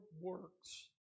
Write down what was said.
works